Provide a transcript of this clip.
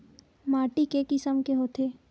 माटी के किसम के होथे?